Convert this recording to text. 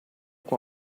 com